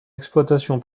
exploitation